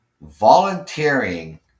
volunteering